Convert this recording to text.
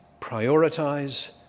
prioritize